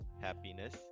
happiness